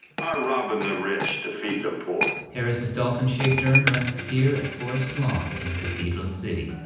our robbing the rich to feed the poor? harris' dolphin-shaped urn rests here at forest lawn in cathedral city.